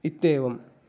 इत्येवम्